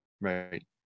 right